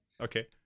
Okay